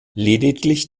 lediglich